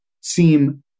seem